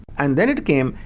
and then it came,